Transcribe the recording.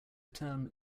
term